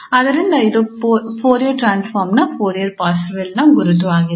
ಆದ್ದರಿಂದ ಇದು Fourier transform ನ ಫೋರಿಯರ್ ಪಾರ್ಸೆವಲ್ Fourier Parseval's ನ ಗುರುತು ಆಗಿದೆ